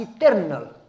eternal